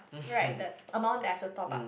right the amount that I have to top up